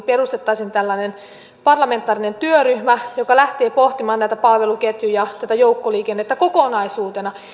perustettaisiin parlamentaarinen työryhmä joka lähtee pohtimaan näitä palveluketjuja tätä joukkoliikennettä kokonaisuutena